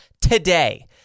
today